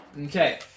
Okay